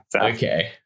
okay